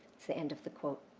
it's the end of the quote.